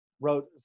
wrote